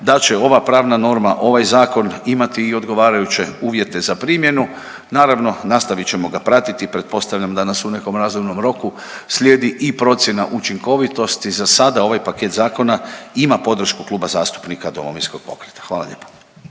da će ova pravna norma, ovaj zakon imati i odgovarajuće uvjete za primjenu. Naravno nastavit ćemo ga pratiti i pretpostavljam da nas u nekom razumnom roku slijedi i procjena učinkovitosti. Za sada ovaj paket zakona ima podršku Kluba zastupnika Domovinskog pokreta. Hvala lijepo.